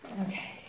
Okay